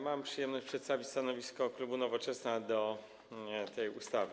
Mam przyjemność przedstawić stanowisko klubu Nowoczesna odnośnie do tej ustawy.